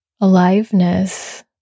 aliveness